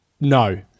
No